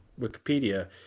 Wikipedia